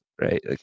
right